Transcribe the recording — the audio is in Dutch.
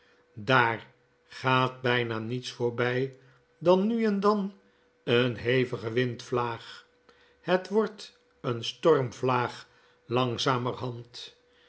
dar gaat bflna niets voorbij dan nu en dan een hevige windvlaag het wordt eenstormvlaaglangzamerhand